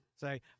say